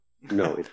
No